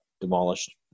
demolished